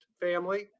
family